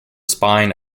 spine